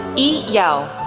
yi yao,